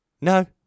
No